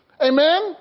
Amen